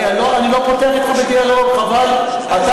אני לא פותח בדיאלוג, חבל.